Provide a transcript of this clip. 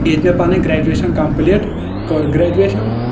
ییٚتہِ مےٚ پنٕنۍ گریجویشن کمپٕلیٖٹ کٔر گریجویشن